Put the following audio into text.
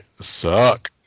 suck